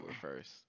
first